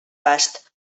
bast